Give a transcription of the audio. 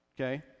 okay